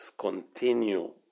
continue